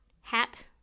Hat